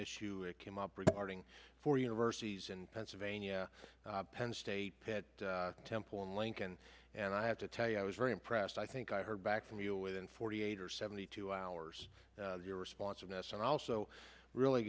issue it came up regarding four universities in pennsylvania penn state pitt temple and lincoln and i have to tell you i was very impressed i think i heard back from you within forty eight or seventy two hours of your responsiveness and i also really